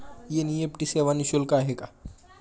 NEFT सेवा निःशुल्क आहे का?